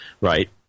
Right